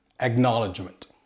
acknowledgement